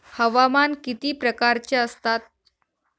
हवामान किती प्रकारचे असतात?